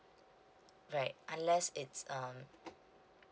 right unless it's um